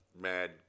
mad